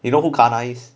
you know who karna is